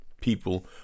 people